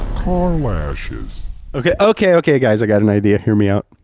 car lashes. okay, okay, okay guys, i got an idea, hear me out.